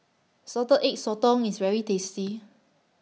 Salted Egg Sotong IS very tasty